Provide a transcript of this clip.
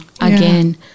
again